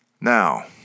now